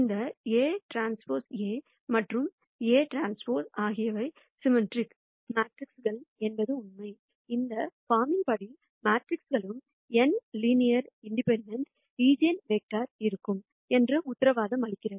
இந்த Aᵀ A மற்றும் Aᵀ ஆகியவை சிம்மெட்ரிக் மேட்ரிக்ஸ்க்குகள் என்பதும் உண்மை இந்த படிவத்தின் மேட்ரிக்ஸ்க்குகளுக்கும் n லீனியர் இண்டிபெண்டெண்ட் ஈஜென்வெக்டர்கள் இருக்கும் என்று உத்தரவாதம் அளிக்கிறது